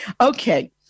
Okay